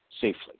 safely